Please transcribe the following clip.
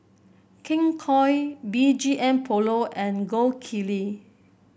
King Koil B G M Polo and Gold Kili